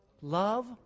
Love